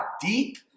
deep